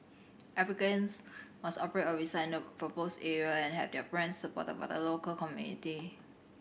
applicants must operate or reside in the proposed area and have their plans supported by the local community